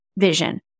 vision